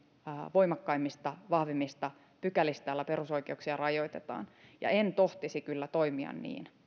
voimakkaimmista vahvimmista pykälistä joilla perusoikeuksia rajoitetaan että en tohtisi kyllä toimia niin